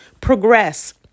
progress